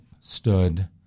stood